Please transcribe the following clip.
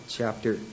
chapter